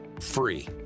free